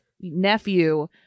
nephew